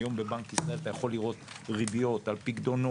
היום בבנק ישראל אתה יכול לראות ריביות על פיקדונות,